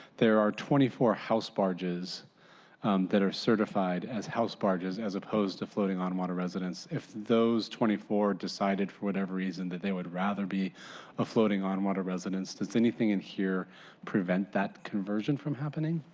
there are twenty four house barges that are certified as house barges as opposed to floating on water residence. if those twenty four decided for whatever reason they would rather be a floating on water residence does anything in here prevent that conversion from happening?